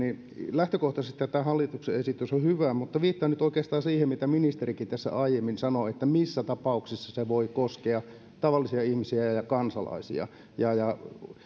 lähtökohtaisestihan tämä hallituksen esitys on hyvä mutta viittaan nyt oikeastaan siihen mitä ministerikin tässä aiemmin sanoi missä tapauksessa se voi koskea tavallisia ihmisiä ja ja kansalaisia